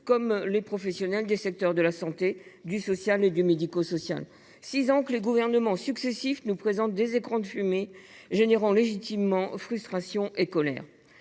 par les professionnels des secteurs de la santé, du social et du médico social. Voilà six ans que les gouvernements successifs nous présentent des écrans de fumée, entraînant une frustration et une colère